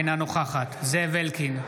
אינה נוכחת זאב אלקין,